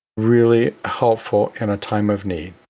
really helpful in a time of need,